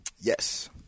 Yes